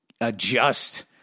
adjust